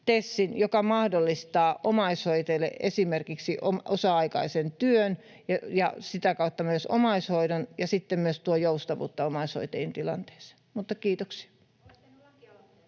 joka mahdollistaa omaishoitajille esimerkiksi osa-aikaisen työn ja sitä kautta myös omaishoidon ja sitten myös tuo joustavuutta omaishoitajien tilanteeseen. — Kiitoksia.